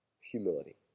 humility